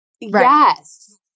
Yes